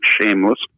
shameless